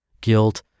guilt